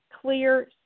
clear